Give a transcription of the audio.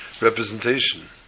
representation